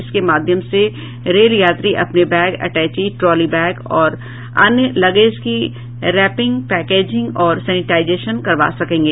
इसके माध्यम से रेलयात्री अपने बैग अटैची ट्रॉली बैग और अन्य लगेज की रैपिंग पैकेजिंग और सैनिटाइजेशन करवा सकेंगे